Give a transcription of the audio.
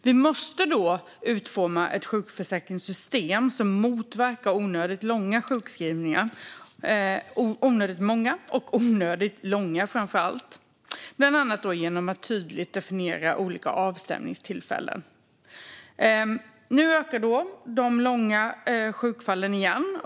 Vi måste utforma ett sjukförsäkringssystem som motverkar onödigt många och framför allt onödigt långa sjukskrivningar, bland annat genom att tydligt definiera olika avstämningstillfällen. Nu ökar de långa sjukfallen igen.